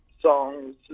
songs